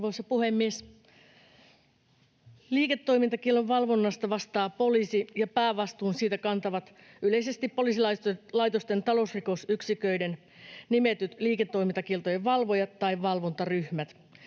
Arvoisa puhemies! Liiketoimintakiellon valvonnasta vastaa poliisi, ja päävastuun siitä kantavat yleisesti poliisilaitosten talousrikosyksiköiden nimetyt liiketoimintakieltojen valvojat tai valvontaryhmät